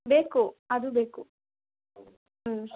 ಬೇಕು ಅದೂ ಬೇಕು ಹ್ಞೂ